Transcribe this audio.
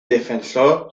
defensor